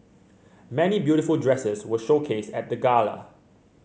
many beautiful dresses were showcased at the gala